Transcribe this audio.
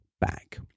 back